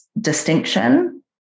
distinction